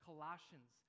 Colossians